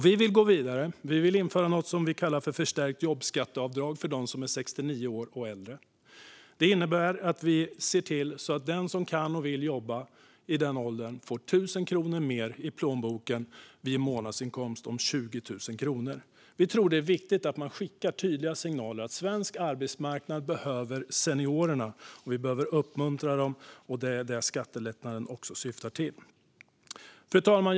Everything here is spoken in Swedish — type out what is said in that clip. Vi vill gå vidare och införa något som vi kallar för förstärkt jobbskatteavdrag för dem som är 69 år och äldre. Det innebär att vi ser till att den som kan och vill jobba i den åldern får 1 000 kronor mer i plånboken vid en månadsinkomst om 20 000 kronor. Vi tror att det är viktigt att man skickar tydliga signaler om att svensk arbetsmarknad behöver seniorerna. Vi behöver uppmuntra dem, och det är också det som skattelättnaden syftar till. Fru talman!